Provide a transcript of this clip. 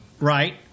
Right